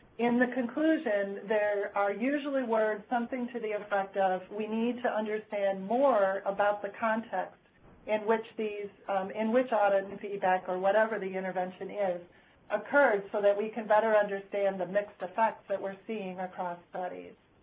in the conclusion there are usually where something to the and effect of we need to understand more about the context in which these in which audit and feedback or whatever the intervention is occurred so that we can better understand the mixed effects that we're seeing across studies.